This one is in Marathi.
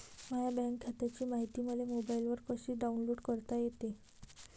माह्या बँक खात्याची मायती मले मोबाईलवर कसी डाऊनलोड करता येते?